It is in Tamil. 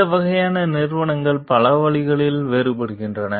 இந்த வகையான நிறுவனங்கள் பல வழிகளில் வேறுபடுகின்றன